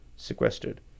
sequestered